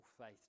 faith